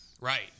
Right